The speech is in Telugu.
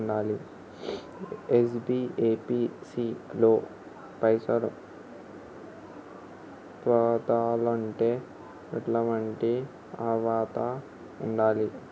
ఎన్.బి.ఎఫ్.సి లో ఫైనాన్స్ పొందాలంటే ఎట్లాంటి అర్హత ఉండాలే?